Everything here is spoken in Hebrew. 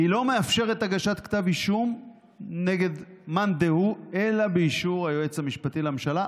לא מאפשרת הגשת כתב אישום נגד מאן דהוא אלא באישור היועץ המשפטי לממשלה,